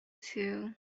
too